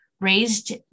raised